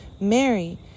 mary